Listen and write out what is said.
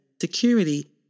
security